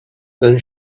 than